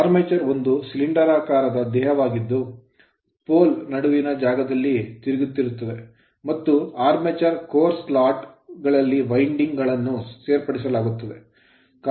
armature armature ಒಂದು ಸಿಲಿಂಡರಾಕಾರದ ದೇಹವಾಗಿದ್ದು pole ಪೋಲ್ ಗಳ ನಡುವಿನ ಜಾಗದಲ್ಲಿ ತಿರುಗುತ್ತದೆ ಮತ್ತು armature core slot armature core slot ಗಳಲ್ಲಿ winding ವೈಂಡಿಂಗ್ ಗಳನ್ನು ಸೇರ್ಪಡಿಸಲಾಗುತ್ತದೆ